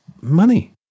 Money